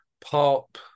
pop